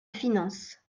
finances